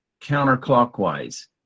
counterclockwise